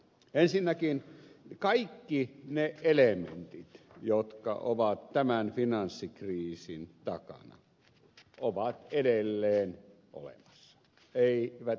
ensinnäkin kaikki ne elementit jotka ovat tämän finanssikriisin takana ovat edelleen olemassa